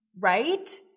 right